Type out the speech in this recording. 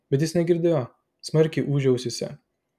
bet jis negirdėjo smarkiai ūžė ausyse